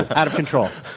ah out of control.